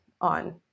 on